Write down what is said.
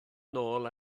nôl